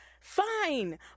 fine